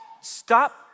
stop